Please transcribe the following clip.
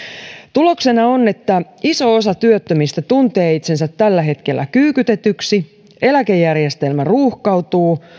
tuloksena on että iso osa työttömistä tuntee itsensä tällä hetkellä kyykytetyksi eläkejärjestelmä ruuhkautuu